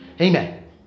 amen